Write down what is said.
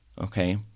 okay